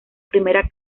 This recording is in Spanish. primera